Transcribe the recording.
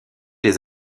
des